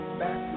back